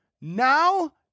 Now